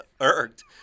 irked